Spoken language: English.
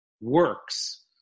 works